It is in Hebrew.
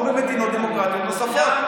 כמו במדינות דמוקרטיות נוספות.